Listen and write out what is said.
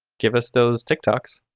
give us those tiktoks.